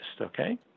okay